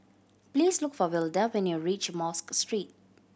please look for Wilda when you reach Mosque Street